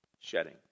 shedding